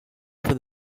for